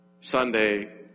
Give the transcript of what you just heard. Sunday